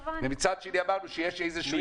ומצד שני, אמרנו שיש איזשהו היגיון.